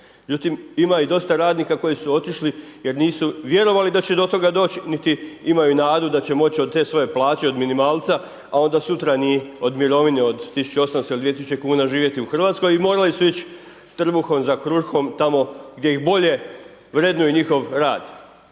Međutim, ima i dosta radnika koji su otišli jer nisu vjerovali da će do toga doći, niti imaju nadu da će moći od te svoje plaće, od minimalnca, a onda sutra ni od mirovine od 1.800,00 kn ili 2.000,00 kn živjeti u RH i morali su ići trbuhom za kruhom tamo gdje ih bolje vrednuju njihov rad.